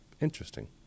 Interesting